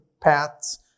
paths